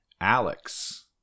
alex